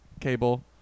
cable